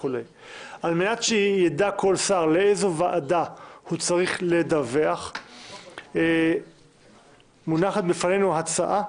כדי שכל שר יידע לאיזו ועדה הוא צריך לדווח מונחת בפנינו הצעה